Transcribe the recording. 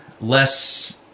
less